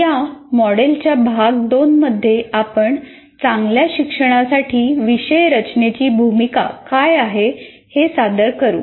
या मॉडेलच्या भाग 2 मध्ये आपण चांगल्या शिक्षणासाठी विषय रचनेची भूमिका काय आहे हे सादर करू